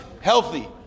healthy